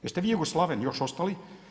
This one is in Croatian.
Jeste vi Jugoslaven još ostali?